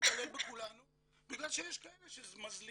אסור לכם להתעלל בכולנו בגלל שיש כאלה שמזליגים.